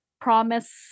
promise